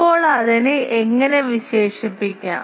ഇപ്പോൾ അതിനെ എങ്ങനെ വിശേഷിപ്പിക്കാം